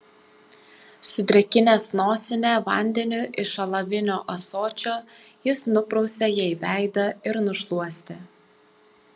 sudrėkinęs nosinę vandeniu iš alavinio ąsočio jis nuprausė jai veidą ir nušluostė